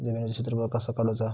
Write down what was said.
जमिनीचो क्षेत्रफळ कसा काढुचा?